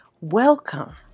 Welcome